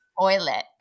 toilet